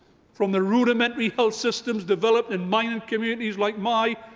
from the rudeimentary health systems developed in mining communities like mine.